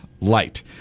light